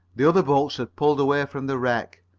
the other boats had pulled away from the wreck.